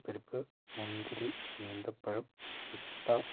പരിപ്പ് മുന്തിരി ഈന്തപ്പഴം പിസ്ത